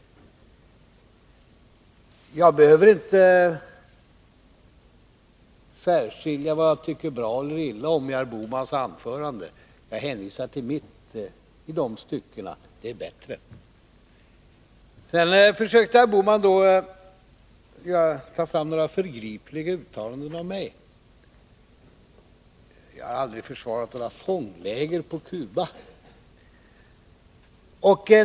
Jag behöver inte särskilja vad jag tycker bra eller illa om i herr Bohmans anförande. Jag hänvisar till mitt i de styckena — det är bättre. Herr Bohman försökte ta fram några förgripliga uttalanden av mig. Jag har aldrig försvarat några fångläger på Cuba.